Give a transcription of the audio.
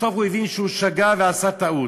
בסוף הוא הבין שהוא שגה ועשה טעות.